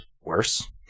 worse